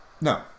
No